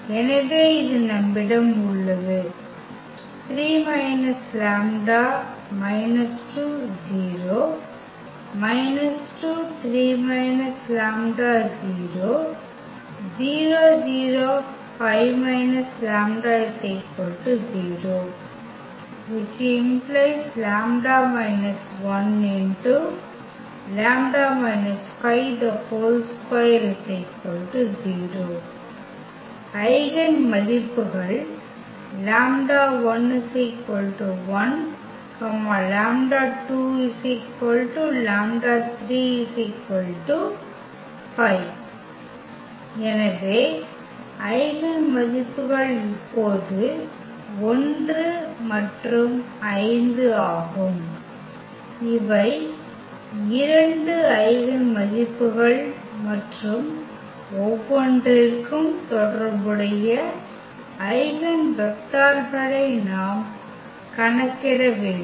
எனவே இது நம்மிடம் உள்ளது ஐகென் மதிப்புகள் λ1 1 λ2 λ3 5 எனவே ஐகென் மதிப்புகள் இப்போது 1 மற்றும் 5 ஆகும் இவை இரண்டு ஐகென் மதிப்புகள் மற்றும் ஒவ்வொன்றிற்கும் தொடர்புடைய ஐகென் வெக்டர்களை நாம் கணக்கிட வேண்டும்